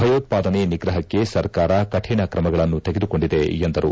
ಭಯೋತ್ಪಾದನೆ ನಿಗ್ರಹಕ್ಕೆ ಸರ್ಕಾರ ಕಠಿಣ ಕ್ರಮಗಳನ್ನು ತೆಗೆದುಕೊಂಡಿದೆ ಎಂದರು